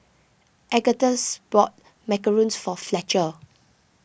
Agustus bought Macarons for Fletcher